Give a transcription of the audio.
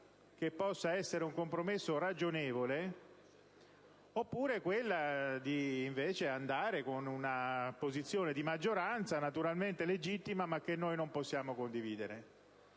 che possa essere ragionevole, o procedere con una posizione di maggioranza, naturalmente legittima ma che noi non possiamo condividere.